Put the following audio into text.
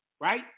right